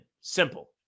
Simple